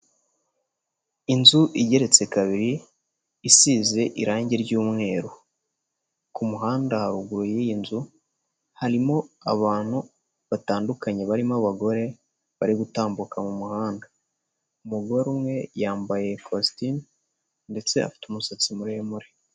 Inzu igeretse kabiri, isize irange ry'umweru. Ku muhanda, haruguru y'iyi nzu, harimo abantu batandukanye, barimo abagore bari gutambuka mu muhanda. Umugore umwe yambaye kositimu, ndetse afite umusatsi muremure.